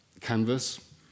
canvas